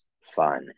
fun